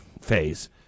phase